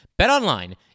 BetOnline